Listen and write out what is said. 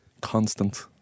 Constant